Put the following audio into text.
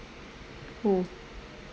who